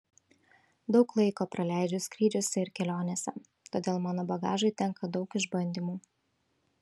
daug laiko praleidžiu skrydžiuose ir kelionėse todėl mano bagažui tenka daug išbandymų